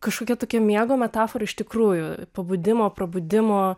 kažkokia tokio miego metafora iš tikrųjų pabudimo prabudimo